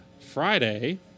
Friday